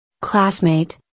Classmate